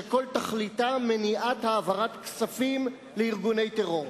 שכל תכליתה מניעת העברת כספים לארגוני טרור.